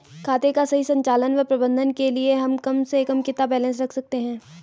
खाते का सही संचालन व प्रबंधन के लिए हम कम से कम कितना बैलेंस रख सकते हैं?